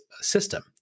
system